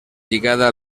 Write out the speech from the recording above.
lligada